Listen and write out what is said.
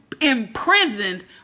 imprisoned